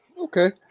Okay